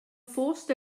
forced